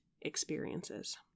experiences